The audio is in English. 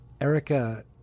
Erica